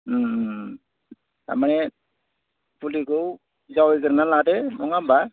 थारमाने फुलिखौ जावयैग्रोना लादो नङा होमब्ला